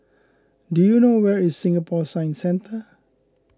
do you know where is Singapore Science Centre